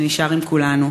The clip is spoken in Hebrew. שנשאר עם כולנו.